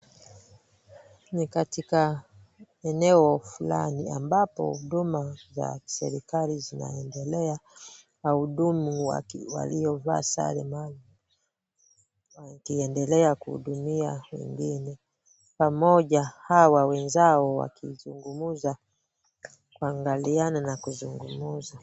Ni katika eneo fulani ambapo huduma za serikali zinaendelea, wahudumu waliovaa sare maalum wakiendelea kuhudumia wengine pamoja hawa wenzao wakizungumza, kuangaliana na kuzungumza.